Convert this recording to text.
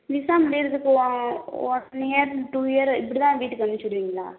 visa முடிகிறதுக்கு one year two year இப்படிதான் வீட்டுக்கு அமுச்சு விடுவீங்களா